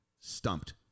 stumped